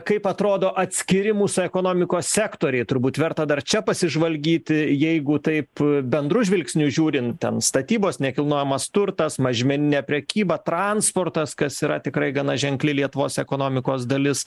kaip atrodo atskiri mūsų ekonomikos sektoriai turbūt verta dar čia pasižvalgyti jeigu taip bendru žvilgsniu žiūrint ten statybos nekilnojamas turtas mažmeninė prekyba transportas kas yra tikrai gana ženkli lietuvos ekonomikos dalis